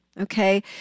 Okay